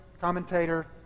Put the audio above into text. commentator